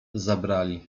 zabrali